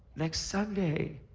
next sunday.